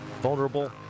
vulnerable